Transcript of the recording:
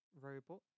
robot